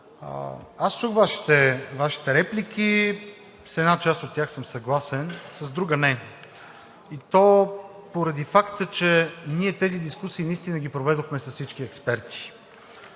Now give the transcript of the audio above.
аз чух Вашите реплики и с една част от тях съм съгласен, с други – не, и то поради факта, че ние тези дискусии наистина ги проведохме с всички експерти.